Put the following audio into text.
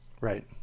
Right